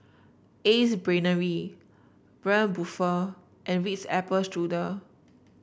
Ace Brainery Braun Buffel and Ritz Apple Strudel